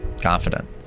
confident